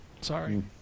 Sorry